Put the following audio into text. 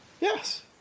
yes